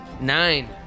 Nine